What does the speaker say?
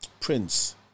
Prince